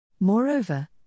Moreover